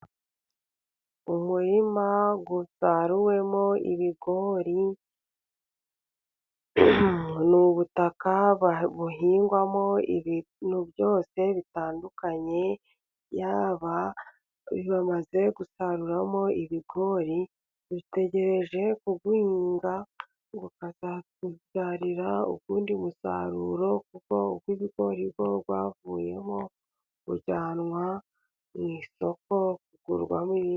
Umurima usaruwemo ibigori ni ubutaka buhingwamo ibintu byose bitandukanye; yaba, iyo bamaze gusaruramo ibigori, bitegereje kuwuhinga ukazatubyarira uwundi musaruro kuko ibigori byo byavuyemo bijyanwa mu isoko kugurwamo undi.